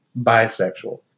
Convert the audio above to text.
bisexual